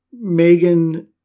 Megan